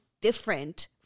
different